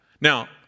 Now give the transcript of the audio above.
Now